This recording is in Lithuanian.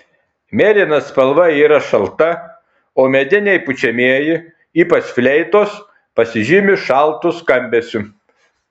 mėlyna spalva yra šalta o mediniai pučiamieji ypač fleitos pasižymi šaltu skambesiu